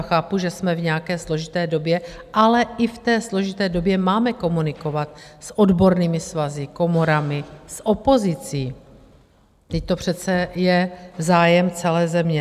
Chápu, že jsme v nějaké složité době, ale i v složité době máme komunikovat s odbornými svazy, komorami, s opozicí, vždyť to přece je zájem celé země.